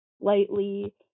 lightly